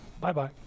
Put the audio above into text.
Bye-bye